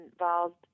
involved